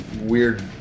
weird